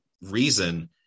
reason